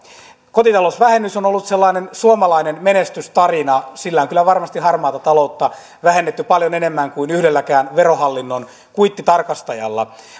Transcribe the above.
kotitalousvähennys on ollut sellainen suomalainen menestystarina sillä on kyllä varmasti harmaata taloutta vähennetty paljon enemmän kuin yhdelläkään verohallinnon kuittitarkastajalla